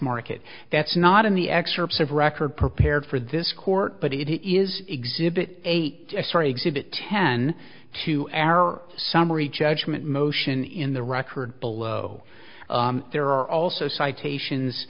market that's not in the excerpts of record prepared for this court but it is exhibit eight sorry exhibit ten two error summary judgment motion in the record below there are also citations